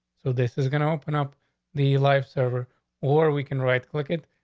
so this is going to open up the life server or we can right click it.